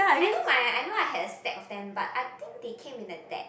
I know my I know I had stack of stamp but I think they came in a deck